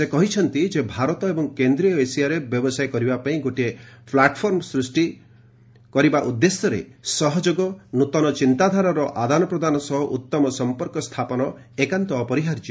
ସେ କହିଛନ୍ତି ଯେ ଭାରତ ଓ କେନ୍ଦ୍ରୀୟ ଏସିଆରେ ବ୍ୟବସାୟ କରିବା ପାଇଁ ଗୋଟିଏ ପ୍ଲାଟଫର୍ମ ସୃଷ୍ଟି କରାଯିବା ଉଦ୍ଦେଶ୍ୟରେ ସହଯୋଗ ନୂତନ ଚିନ୍ତାଧାରାର ଆଦାନ ପ୍ରଦାନ ଓ ଉଉମ ସଂପର୍କ ସ୍ଥାପନ ଏକାନ୍ତ ଅପରିହାର୍ଯ୍ୟ